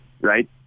right